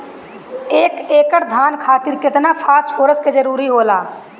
एक एकड़ धान खातीर केतना फास्फोरस के जरूरी होला?